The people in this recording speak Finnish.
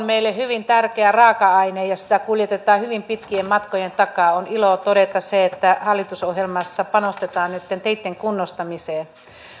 meille hyvin tärkeä raaka aine ja sitä kuljetetaan hyvin pitkien matkojen takaa on ilo todeta se että hallitusohjelmassa panostetaan nytten teitten kunnostamiseen